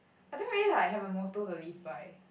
I don't really like have a motto to live by